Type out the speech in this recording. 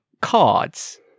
cards